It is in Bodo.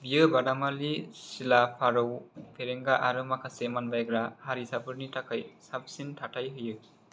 बियो बादामालि सिला फारौ फेरेंगा आरो माखासे मानबायग्रा हारिसाफोरनि थाखाय साबसिन थाथाय होयो